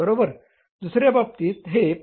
दुसर्या बाबतीत हे 55